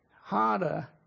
harder